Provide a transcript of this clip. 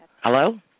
Hello